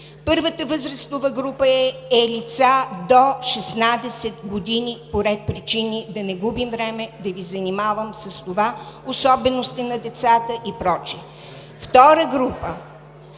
Първата възрастова група е лица до 16 години – по ред причини, да не губим време да Ви занимавам с това – особености на децата и прочее.